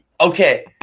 Okay